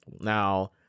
Now